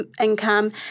income